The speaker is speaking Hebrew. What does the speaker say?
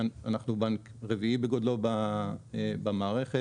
הבנק הרביעי בגודלו במערכת.